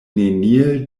neniel